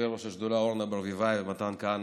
יושבי-ראש השדולה אורנה ברביבאי ומתן כהנא,